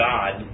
God